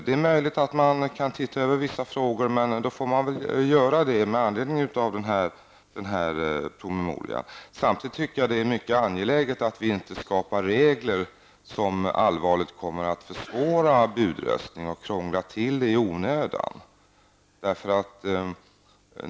Det är möjligt att man kan se över vissa frågor, men då får man väl göra det med anledning av den här promemorian. Samtidigt tycker jag att det är mycket angeläget att vi inte skapar regler som allvarligt kommer att försvåra budröstningen och krångla till den i onödan.